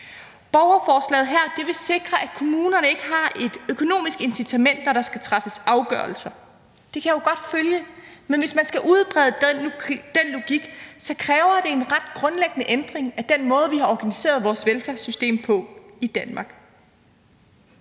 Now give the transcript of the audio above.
Borgerforslaget her vil sikre, at kommunerne ikke har et økonomisk incitament, når der skal træffes afgørelser. Det kan jeg jo godt følge. Men hvis man skal udbrede den logik, kræver det en ret grundlæggende ændring af den måde, vi har organiseret vores velfærdssystem på i Danmark.